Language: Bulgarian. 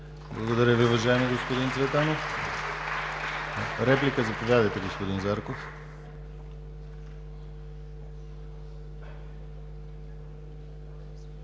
Благодаря Ви, уважаеми господин Цветанов. Реплика – заповядайте, господин Зарков.